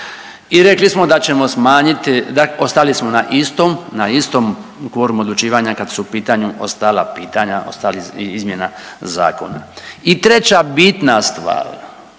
I rekli smo da ćemo smanjiti, ostali smo na istom, na istom u kvorumu odlučivanja kad su u pitanja ostala pitanja, ostali izmjena zakona. I treća bitna stvar